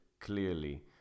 Clearly